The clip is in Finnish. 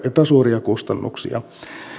epäsuoria kustannuksia